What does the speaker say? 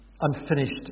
unfinished